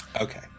Okay